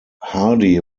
hardy